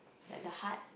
like the heart